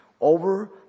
over